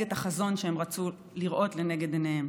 את החזון שהם רצו לראות לנגד עיניהם.